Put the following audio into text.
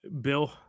Bill